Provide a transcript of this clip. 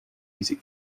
music